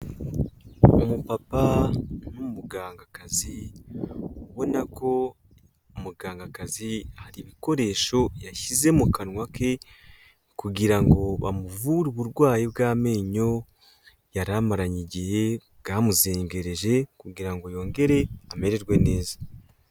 Umupapa n'umugangakazi, ubona ko umugangakazi hari ibikoresho yashyize mu kanwa ke kugira ngo amuvure uburwayi bw'amenyo, yari amaranye igihe, bwamuzengereje kugira ngo yongere amererwe neza.